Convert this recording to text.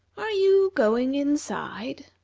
are you going inside?